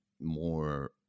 more